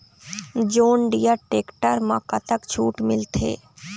John Deere tractor म कतक छूट मिलथे?